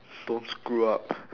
don't screw up